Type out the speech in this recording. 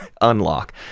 unlock